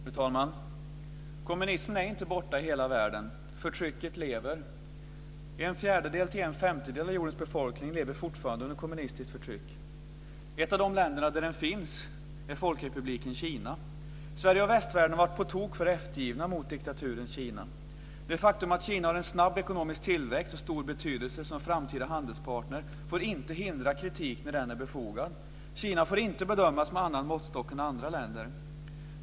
Fru talman! Kommunismen är inte borta i hela världen. Förtrycket lever. En fjärdedel till en femtedel av jordens befolkning lever fortfarande under kommunistiskt förtryck. Ett av de länder där den finns är Folkrepubliken Kina. Sverige och västvärlden har varit på tok för eftergivna mot diktaturen Kina. Det faktum att Kina har en snabb ekonomisk tillväxt och stor betydelse som framtida handelspartner får inte hindra kritik när den är befogad. Kina får inte bedömas med annan måttstock än andra länder.